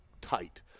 tight